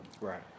Right